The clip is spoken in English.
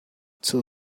two